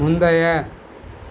முந்தைய